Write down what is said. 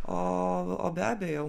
o o be abejo